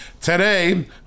Today